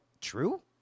true